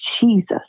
Jesus